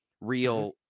real